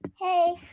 Hey